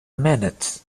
minute